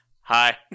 hi